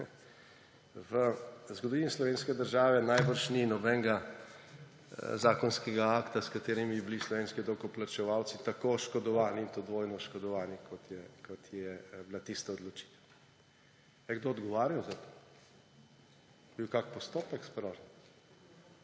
V zgodovini slovenske države najbrž ni nobenega zakonskega akta, s katerim bi bili slovenski davkoplačevalci tako oškodovani, in to dvojno oškodovani, kot je bila tista odločitev. Ali je kdo odgovarjal za to? Je bil kak postopek sprožen?